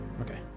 Okay